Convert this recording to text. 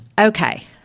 Okay